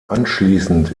anschließend